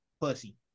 pussy